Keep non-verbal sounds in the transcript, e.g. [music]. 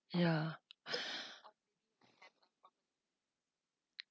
ya [breath]